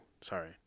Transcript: Sorry